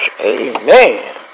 Amen